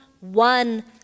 one